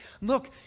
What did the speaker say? look